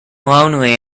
lonely